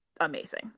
amazing